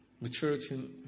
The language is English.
maturity